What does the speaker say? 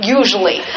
usually